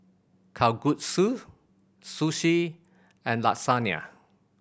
Kalguksu Sushi and Lasagna